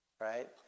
right